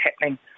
happening